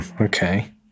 Okay